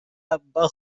ام، با